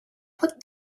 put